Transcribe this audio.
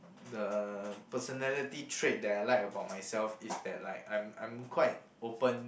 the personality trait that I like about myself is that like I'm I'm quite open